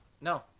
No